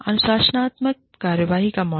अनुशासनात्मक कार्रवाई का मॉडल